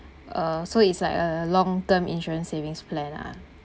uh so it's like a long term insurance savings plan ah